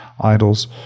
idols